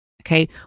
Okay